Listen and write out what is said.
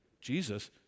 Jesus